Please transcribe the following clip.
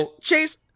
Chase